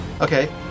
okay